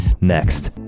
next